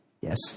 yes